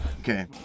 Okay